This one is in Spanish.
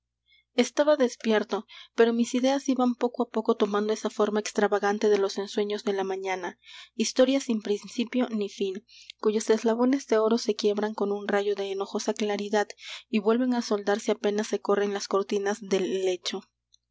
estaba despierto pero mis ideas iban poco á poco tomando esa forma extravagante de los ensueños de la mañana historias sin principio ni fin cuyos eslabones de oro se quiebran con un rayo de enojosa claridad y vuelven á soldarse apenas se corren las cortinas del lecho